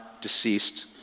deceased